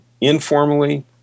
informally